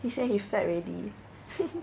he said he fat already